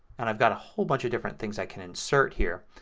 and i've got a whole bunch of different things i can insert here.